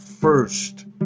first